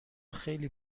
خیلی